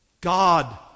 God